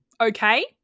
Okay